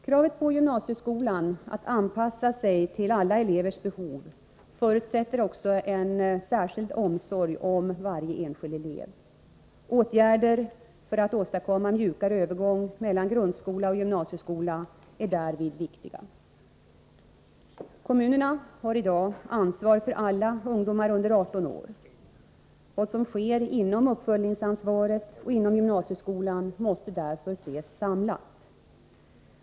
Kravet på gymnasieskolan att anpassa sig till alla elevers behov förutsätter också en särskild omsorg om varje enskild elev. Åtgärder för att åstadkomma en mjukare övergång mellan grundskola och gymnasieskola är därvid viktiga. Kommunerna har i dag ansvar för alla ungdomar under 18 år. Vad som sker genom uppföljningsansvaret och inom gymnasieskolan måste därför ses samlat.